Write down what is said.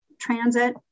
transit